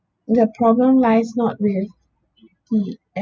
the problem lies not where the